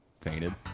fainted